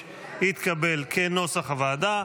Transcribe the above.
כנוסח הוועדה,